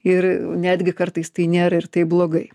ir netgi kartais tai nėra ir taip blogai